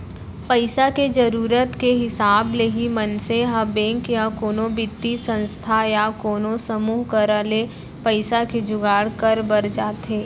पइसा के जरुरत के हिसाब ले ही मनसे ह बेंक या कोनो बित्तीय संस्था या कोनो समूह करा ले पइसा के जुगाड़ बर जाथे